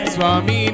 Swami